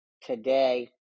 today